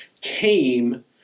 came